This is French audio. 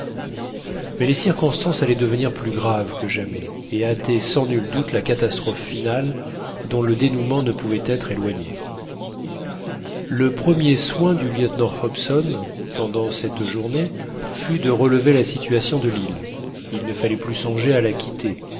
mais les circonstances allaient devenir plus graves que jamais et hâter sans nul doute la catastrophe finale dont le dénouement ne pouvait être éloigné le premier soin du lieutenant hobson pendant cette journée fut de relever la situation de l'île il ne fallait plus songer à la quitter